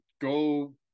go